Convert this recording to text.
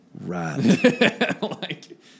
Right